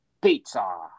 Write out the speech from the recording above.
pizza